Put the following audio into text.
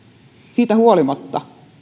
siitä huolimatta